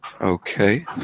Okay